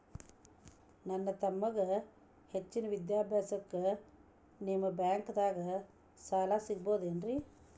ನನ್ನ ತಮ್ಮಗ ಹೆಚ್ಚಿನ ವಿದ್ಯಾಭ್ಯಾಸಕ್ಕ ನಿಮ್ಮ ಬ್ಯಾಂಕ್ ದಾಗ ಸಾಲ ಸಿಗಬಹುದೇನ್ರಿ?